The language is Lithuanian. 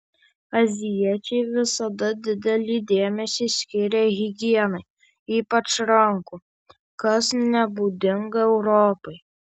azijiečiai visada didelį dėmesį skyrė higienai ypač rankų kas nebūdinga europai